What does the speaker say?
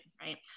right